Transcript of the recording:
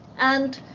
and,